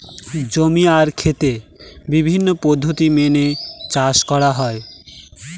জমি আর খেত বিভিন্ন পদ্ধতি মেনে চাষ করা হয়